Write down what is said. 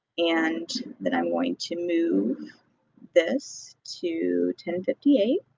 and then i'm going to move this to ten fifty eight